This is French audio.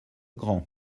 grand